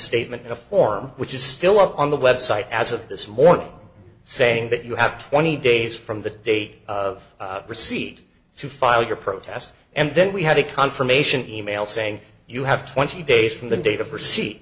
statement in a form which is still up on the website as of this morning saying that you have twenty days from the date of receipt to file your protest and then we had a confirmation e mail saying you have twenty days from the date of her se